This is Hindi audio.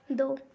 दो